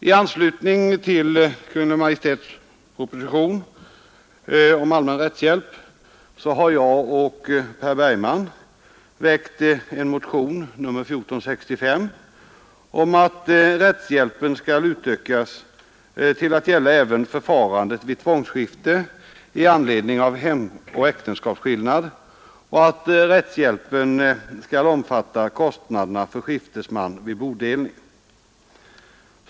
I anslutning till Kungl. Maj:ts proposition om allmän rättshjälp har jag och herr Bergman väckt en motion, nr 1465, om att rättshjälpen skall utökas till att gälla även förfarandet vid tvångsskifte i anledning av hemoch äktenskapsskillnad och att rättshjälp skall omfatta kostnaderna för skiftesman vid bodelning.